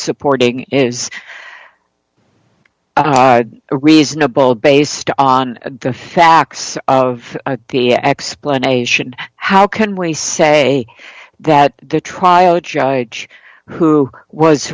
supporting it is reasonable based on the facts of the explanation how can we say that the trial judge who was